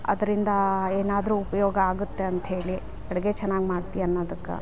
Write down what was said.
ಅದ್ರಿಂದ ಏನಾದರು ಉಪಯೋಗ ಆಗುತ್ತೆ ಅಂತ್ಹೇಳಿ ಅಡ್ಗೆ ಚೆನ್ನಾಗಿ ಮಾಡ್ತಿ ಅನ್ನಾದಕ್ಕ